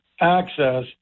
access